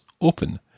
open